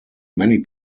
many